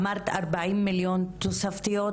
אמרת 40 מיליון תוספתיים